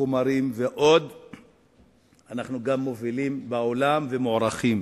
בחומרים ועוד אנחנו מובילים בעולם וגם מוערכים.